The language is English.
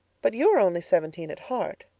but you are only seventeen at heart,